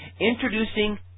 introducing